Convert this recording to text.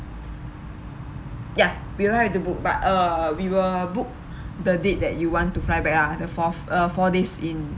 ya we will help to book but uh we will book the date that you want to fly back ah the fourth uh four days in